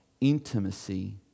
intimacy